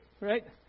Right